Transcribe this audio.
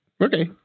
Okay